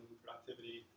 productivity